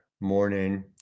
morning